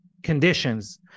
conditions